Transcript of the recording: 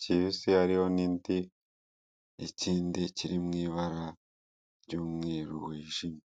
kibisi, hariho n'indi, ikindi kiri mu ibara ry'umweru wijimye.